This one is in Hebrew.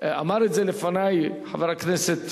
אמר את זה לפני חבר הכנסת